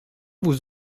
vous